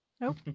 Nope